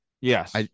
Yes